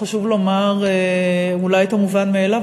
חשוב לומר אולי את המובן מאליו,